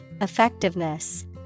effectiveness